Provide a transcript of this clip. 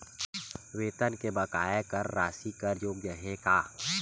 वेतन के बकाया कर राशि कर योग्य हे का?